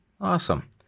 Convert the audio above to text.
Awesome